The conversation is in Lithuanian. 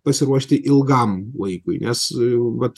pasiruošti ilgam laikui nes vat